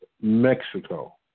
Mexico